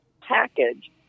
package